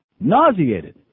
Nauseated